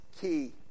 key